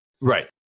Right